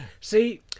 see